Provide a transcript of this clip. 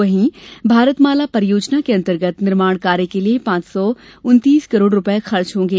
वहीं भारतमाला परियोजना के अंतर्गत निर्माणकार्य के लिए पांच सौ उन्तीस करोड़ रुपये खर्च होंगे